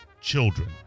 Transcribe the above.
children